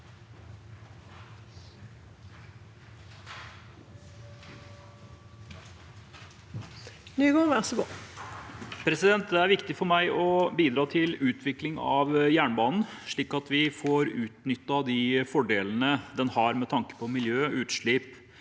Det er viktig for meg å bidra til utvikling av jernbanen, slik at vi får utnyttet de fordelene den har med tanke på miljø, utslipp,